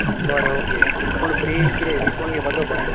बरें ओके पूण फ्री कितें विस्वण घेवपाचो फ्री